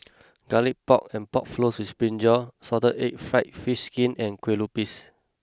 Garlic Pork and Pork Floss with Brinjal Salted Egg Fried Fish Skin and Kueh Lupis